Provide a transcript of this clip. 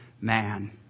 man